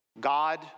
God